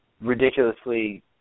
ridiculously